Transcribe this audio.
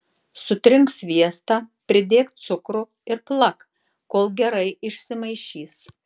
sutrink sviestą pridėk cukrų ir plak kol gerai išsimaišys